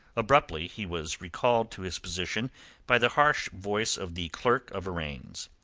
abruptly he was recalled to his position by the harsh voice of the clerk of arraigns.